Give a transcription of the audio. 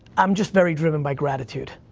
i'm just very driven by gratitude.